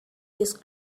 this